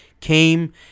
came